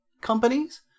companies